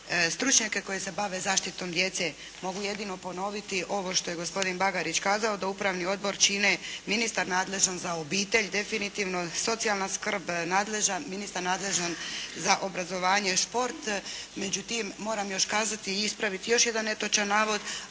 stručnjake koji se bave zaštitom djece. Mogu jedino ponoviti ovo što je gospodin Bagarić kazao, da upravni odbor čine ministar nadležan za obitelj, definitivno, socijalna skrb, ministar nadležan za obrazovanje, šport. Međutim, moram još kazati i ispraviti još jedan netočan navod,